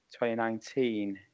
2019